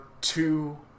two